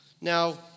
Now